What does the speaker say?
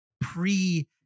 pre